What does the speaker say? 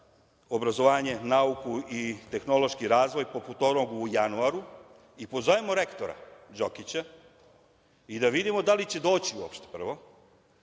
obrazovanje, nauku i tehnološki razvoj, poput onog u januaru i pozovimo rektora Đokića i da vidimo da li će doći uopšte prvo,